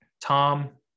Tom